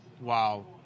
Wow